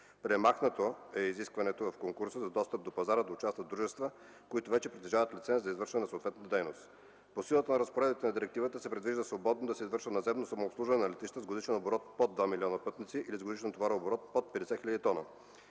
Премахнато е изискването в конкурса за достъп до пазара да участват дружества, които вече притежават лиценз за извършването на съответната дейност. По силата на разпоредбите на Директивата се предвижда свободно да се извършва наземно самообслужване на летищата с годишен оборот под 2 млн. пътници или с годишен товарооборот под 50 хил. т,